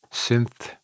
synth